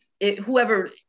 whoever